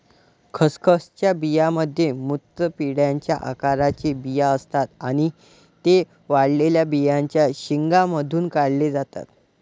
खसखसच्या बियांमध्ये मूत्रपिंडाच्या आकाराचे बिया असतात आणि ते वाळलेल्या बियांच्या शेंगांमधून काढले जातात